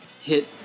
hit